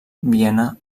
viena